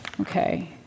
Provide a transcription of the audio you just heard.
Okay